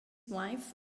wife